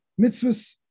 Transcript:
Mitzvahs